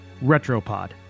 Retropod